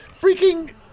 Freaking